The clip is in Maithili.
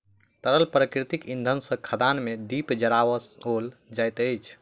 तरल प्राकृतिक इंधन सॅ खदान मे दीप जराओल जाइत अछि